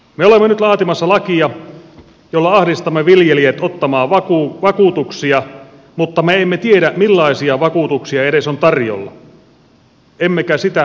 me olemme nyt laatimassa lakia jolla ahdistamme viljelijät ottamaan vakuutuksia mutta me emme tiedä millaisia vakuutuksia edes on tarjolla emmekä sitä mihin hintaan